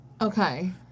Okay